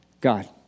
God